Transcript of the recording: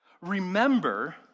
Remember